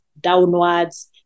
downwards